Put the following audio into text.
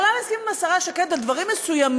אני יכולה להסכים עם השרה שקד על דברים מסוימים,